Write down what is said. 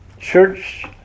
Church